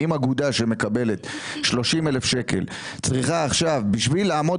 אם אגודה שמקבלת 30 אלף שקלים צריכה עכשיו - בשביל לעמוד